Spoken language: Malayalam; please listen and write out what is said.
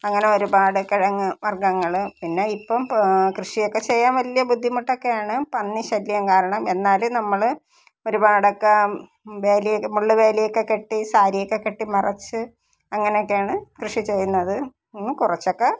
അങ്ങനൊരുപാട് കിഴങ്ങ് വർഗ്ഗങ്ങൾ പിന്നെ ഇപ്പം പ കൃഷിയൊക്കെ ചെയ്യാൻ വലിയ ബുദ്ധിമുട്ടൊക്കെയാണ് പന്നി ശല്യം കാരണം എന്നാലും നമ്മൾ ഒരുപാടൊക്കെ വേലിയൊക്കെ മുള്ള് വേലിയൊക്കെ കെട്ടി സാരി ഒക്കെ കെട്ടി മറച്ച് അങ്ങനൊക്കെയാണ് കൃഷി ചെയ്യുന്നത് പിന്നെ കുറച്ചൊക്കെ